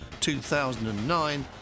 2009